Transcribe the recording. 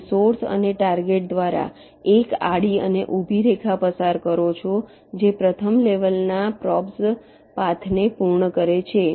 તમે સોર્સ અને ટાર્ગેટ દ્વારા એક આડી અને ઊભી રેખા પસાર કરો છોજે પ્રથમ લેવલના પ્રોબ્સ પાથને પૂર્ણ કરે છે